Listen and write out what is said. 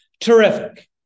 Terrific